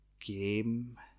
game